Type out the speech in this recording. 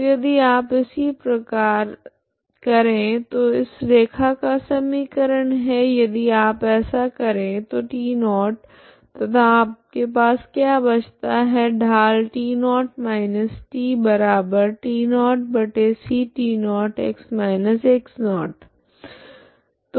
तो यदि आप इसी प्रकार करे तो इस रैखा का समीकरण है यदि आप ऐसा करे तो t0 तथा आपके पास क्या बचता है ढाल है